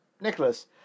Nicholas